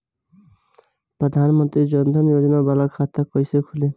प्रधान मंत्री जन धन योजना वाला खाता कईसे खुली?